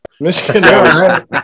Michigan